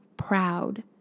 Proud